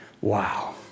Wow